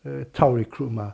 这个 chao recruit mah